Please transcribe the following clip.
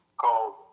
called